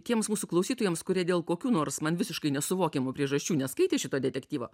tiems mūsų klausytojams kurie dėl kokių nors man visiškai nesuvokiamų priežasčių neskaitė šito detektyvo